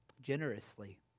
generously